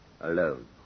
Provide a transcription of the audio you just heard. alone